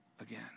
again